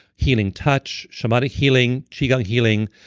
healing touch, shamanic healing, qigong healing,